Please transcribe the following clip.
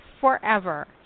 forever